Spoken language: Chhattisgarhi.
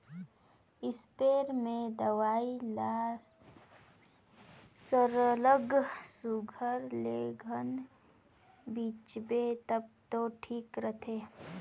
इस्परे में दवई ल सरलग सुग्घर ले घन छींचबे तब दो ठीक रहथे